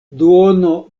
duono